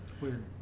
Weird